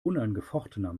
unangefochtener